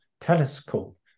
telescope